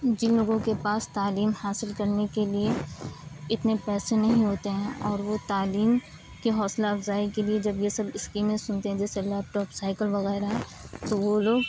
جن لوگوں کے پاس تعلیم حاصل کرنے کے لیے اتنے پیسے نہیں ہوتے ہیں اور وہ تعلیم کی حوصلہ افزائی کے لیے جب یہ سب اسکیمیں سنتے ہیں جیسے لیپ ٹاپ سائیکل وغیرہ تو وہ لوگ